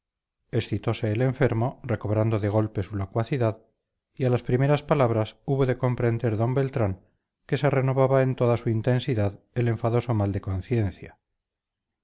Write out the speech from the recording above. excitose el enfermo recobrando de golpe su locuacidad y a las primeras palabras hubo de comprender d beltrán que se renovaba en toda su intensidad el enfadoso mal de conciencia